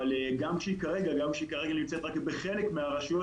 אבל גם כשהיא כרגע נמצאת רק בחלק מהרשויות,